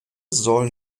soll